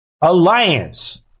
alliance